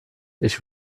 ich